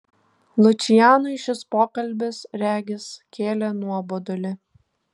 lučianui šis pokalbis regis kėlė nuobodulį